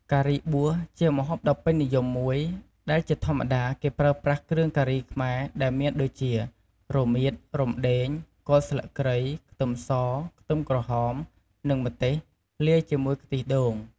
ការីបួសជាម្ហូបដ៏ពេញនិយមមួយ ដែលជាធម្មតាគេប្រើប្រាស់គ្រឿងការីខ្មែរដែលមានដូចជា រមៀត រំដេង គល់ស្លឹកគ្រៃ ខ្ទឹមស ខ្ទឹមក្រហម និងម្ទេស លាយជាមួយខ្ទិះដូង។